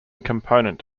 component